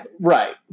Right